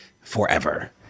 forever